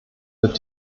wird